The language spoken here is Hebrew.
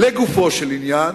לגופו של עניין,